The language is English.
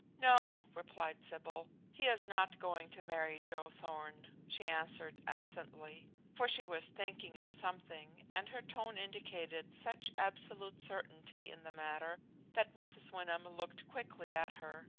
no, replied sybil, he is not going to marry joe thorn she answered absently for she was thinking of something, and her tone indicated such absolute certainty in the matter that mrs. wyndham looked quickly at her.